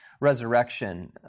resurrection